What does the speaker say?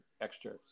extras